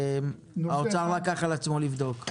משרד האוצר לקח על עצמו לבדוק.